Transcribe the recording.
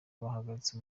bahagaritse